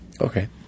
Okay